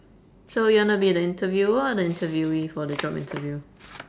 so you wanna be the interviewer or interviewee for the job interview